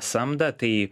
samdą tai